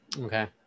Okay